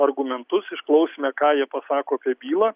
argumentus išklausėme ką jie pasako apie bylą